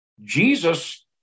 Jesus